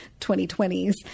2020s